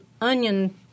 onion